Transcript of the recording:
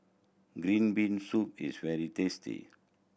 green bean soup is very tasty